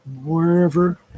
wherever